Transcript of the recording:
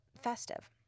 festive